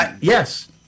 yes